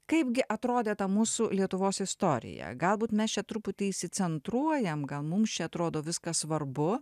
kaipgi atrodė ta mūsų lietuvos istorija galbūt mes čia truputį įsicentruojam gal mums čia atrodo viskas svarbu